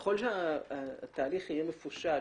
ככל שהתהליך יהיה מפושט יותר,